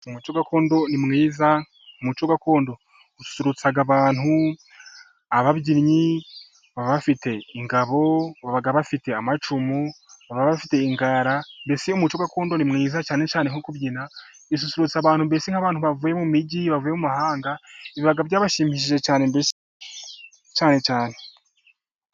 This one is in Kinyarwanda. Umuco gakondo ni mwiza, umuco gakondo ususurutsa abantu, ababyinnyi baba bafite ingabo, baba bafite amacumu, baba bafite ingara, mbese umuco gakondo ni mwiza ususurutsa abantu, nk'ababavuye mu mijyi abavuye mu mahanga biba byabashimishije cyane mbese.